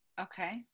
Okay